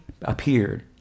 appeared